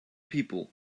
people